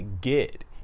get